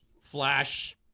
flash